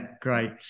Great